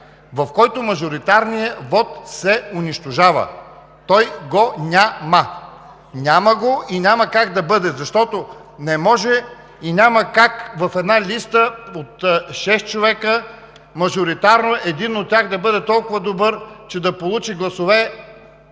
в който мажоритарният вот се унищожава, няма го. Няма го и няма как да бъде, защото не може и няма как в една листа от шест човека, мажоритарно един от тях да бъде толкова добър, че да получи гласове,